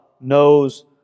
knows